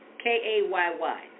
K-A-Y-Y